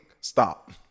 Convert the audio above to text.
stop